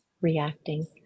reacting